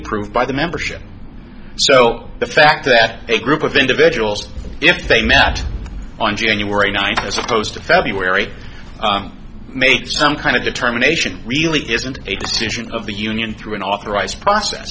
approved by the membership so the fact that a group of individuals if they met on january ninth as opposed to february makes some kind of determination really isn't a decision of the union through an authorized process